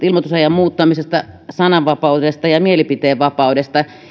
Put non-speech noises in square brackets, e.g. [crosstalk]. [unintelligible] ilmoitusajan muuttamisesta sananvapaudesta ja mielipiteenvapaudesta